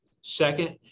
Second